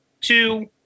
two